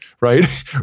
right